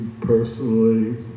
personally